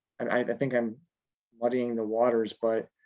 and i and think i'm muddying the waters, but